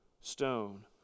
stone